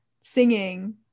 singing